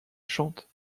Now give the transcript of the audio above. chante